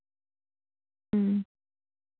ᱦᱮᱸ